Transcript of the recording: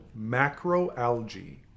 macroalgae